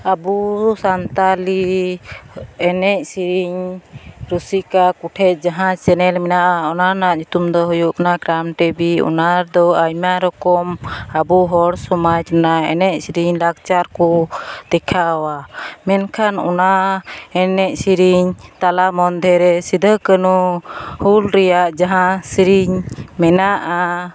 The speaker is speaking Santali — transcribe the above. ᱟᱵᱚ ᱥᱟᱱᱛᱟᱲᱤ ᱮᱱᱮᱡᱼᱥᱮᱨᱮᱧ ᱨᱚᱥᱤᱠᱟ ᱠᱚ ᱴᱷᱮᱡ ᱡᱟᱦᱟᱸ ᱪᱮᱱᱮᱞ ᱢᱮᱱᱟᱜᱼᱟ ᱚᱱᱟ ᱨᱮᱱᱟᱜ ᱧᱩᱛᱩᱢᱫᱚ ᱦᱩᱭᱩᱜ ᱠᱟᱱᱟ ᱴᱤᱵᱷᱤ ᱚᱱᱟᱫᱚ ᱟᱭᱢᱟ ᱨᱚᱠᱚᱢ ᱟᱵᱚ ᱦᱚᱲ ᱥᱚᱢᱟᱡᱽ ᱨᱮᱱᱟᱜ ᱮᱱᱮᱡᱼᱥᱮᱨᱮᱧ ᱞᱟᱠᱪᱟᱨᱠᱚ ᱫᱮᱠᱷᱟᱣᱟ ᱢᱮᱱᱠᱷᱟᱱ ᱚᱱᱟ ᱮᱱᱮᱡᱼᱥᱮᱨᱮᱧ ᱛᱟᱞᱟ ᱢᱚᱫᱽᱫᱷᱮᱨᱮ ᱥᱤᱫᱷᱟᱹ ᱠᱟᱹᱱᱦᱩ ᱦᱩᱞ ᱨᱮᱭᱟᱜ ᱡᱟᱦᱟᱸ ᱥᱮᱨᱮᱧ ᱢᱮᱱᱟᱜᱼᱟ